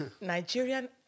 Nigerian